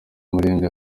umuririmbyi